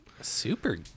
super